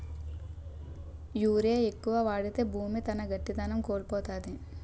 urea ఎక్కువ వాడితే భూమి తన గట్టిదనం కోల్పోతాది